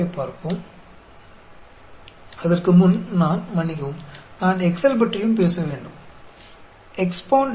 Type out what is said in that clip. इससे पहले मुझे भी क्षमा करें मुझे एक्सेल के बारे में भी बात करने दे